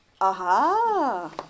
aha